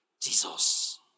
Jesus